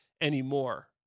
anymore